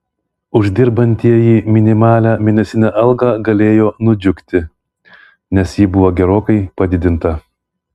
uždirbantieji minimalią mėnesinę algą galėjo nudžiugti nes ji buvo gerokai padidinta